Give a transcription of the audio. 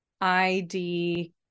ID